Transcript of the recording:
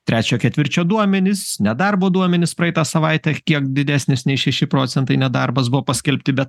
trečio ketvirčio duomenys nedarbo duomenys praeitą savaitę kiek didesnis nei šeši procentai nedarbas buvo paskelbti bet